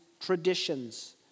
traditions